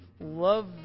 love